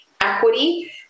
equity